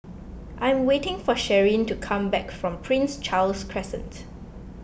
I am waiting for Sharyn to come back from Prince Charles Crescent